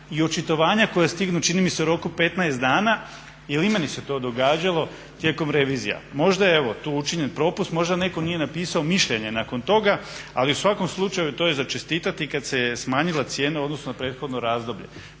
i očitovanja koja stignu čini mi se u roku 15 dana jer i meni se to događalo tijekom revizija. Možda je evo tu učinjen propust, možda netko nije napisao mišljenje nakon toga ali u svakom slučaju to je za čestitati kada se je smanjila cijena u odnosu na prethodno razdoblje.